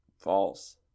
False